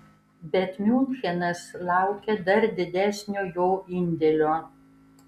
bet miunchenas laukia dar didesnio jo indėlio